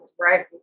right